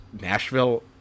Nashville